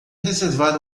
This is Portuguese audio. reservar